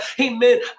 amen